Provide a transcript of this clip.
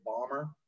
Bomber